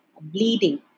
bleeding